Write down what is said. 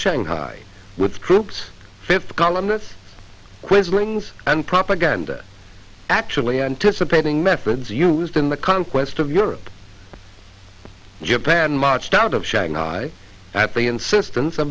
shanghai with troops fifth columnists quislings and propaganda actually anticipating methods used in the conquest of europe japan marched out of shanghai at the insistence